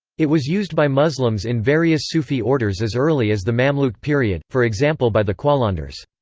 it was used by muslims in various sufi orders as early as the mamluk period, for example by the qalandars.